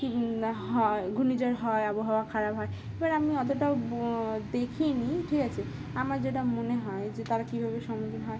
কী হয় ঘূর্ণিঝড় হয় আবহাওয়া খারাপ হয় এবার আমি অতটাও দেখিনি ঠিক আছে আমার যেটা মনে হয় যে তারা কীভাবে সম্মুখীন হয়